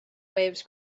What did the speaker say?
waves